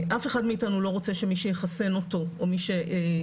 אף אחד מאיתנו לא רוצה שמי שיחסן אותו או מי שיעשה